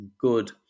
good